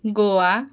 Goa